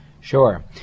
Sure